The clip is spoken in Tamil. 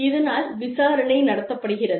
இதனால் விசாரணை நடத்தப்படுகிறது